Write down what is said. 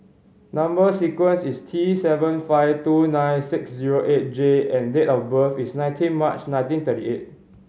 number sequence is T seven five two nine six zero eight J and date of birth is nineteen March nineteen thirty eight